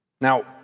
Now